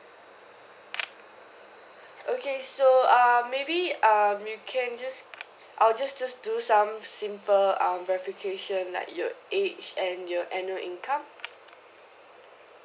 okay so um maybe um you can just I'll just just do some simple um verification like your age and your annual income